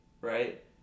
right